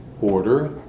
order